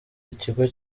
ikigo